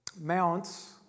Mounts